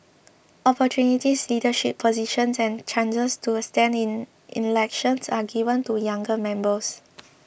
opportunities leadership positions and chances to stand in elections are given to younger members